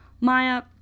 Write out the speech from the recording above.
Maya